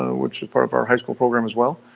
which is part of our high school program as well.